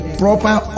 proper